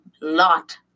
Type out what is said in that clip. lot